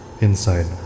inside